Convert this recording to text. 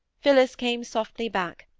phillis came softly back,